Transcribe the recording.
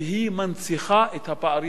ומנציחה את הפערים האלה,